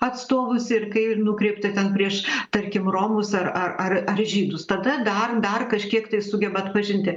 atstovus ir kai nukreipta ten prieš tarkim romus ar ar ar ar žydus tada dar dar kažkiek tai sugeba atpažinti